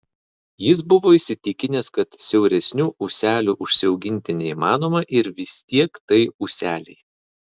jis buvo įsitikinęs kad siauresnių ūselių užsiauginti neįmanoma ir vis tiek tai ūseliai